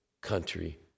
country